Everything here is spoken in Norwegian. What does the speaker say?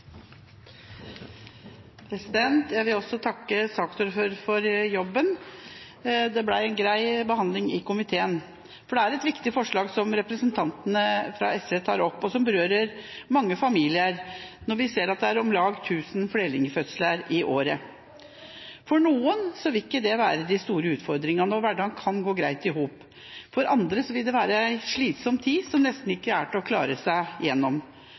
det. Jeg vil takke saksordføreren for jobben. Det ble en grei behandling i komiteen. Det er et viktig forslag representantene fra SV tar opp, og det berører mange familier, når vi ser at det er om lag 1 000 flerlingfødsler i året. For noen vil ikke dette være de store utfordringene, og hverdagen kan gå greit i hop. For andre vil det være en slitsom tid som nesten ikke er til å klare seg gjennom.